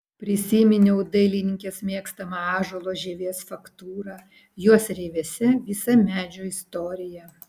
prisiminiau dailininkės mėgstamą ąžuolo žievės faktūrą jos rievėse visa medžio istorija